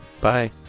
Bye